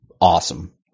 awesome